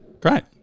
Great